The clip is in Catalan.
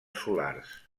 solars